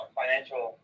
financial